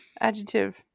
Adjective